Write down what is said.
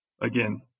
again